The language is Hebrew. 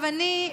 אני,